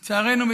לצערנו,